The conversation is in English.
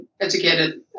educated